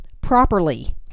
properly